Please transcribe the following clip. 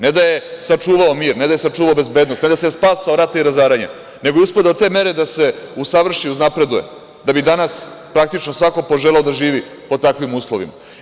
Ne da je sačuvao mir, ne da je sačuvao bezbednost, ne da se spasao rata i razaranja, nego je uspeo do te mere da se usavrši, uznapreduje da bi danas praktično svako poželo da živi pod takvim uslovima.